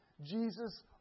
Jesus